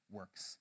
works